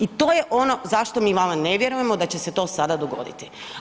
I to je ono za što mi vama ne vjerujemo da će se to sada dogoditi.